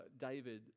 David